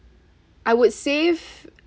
I would save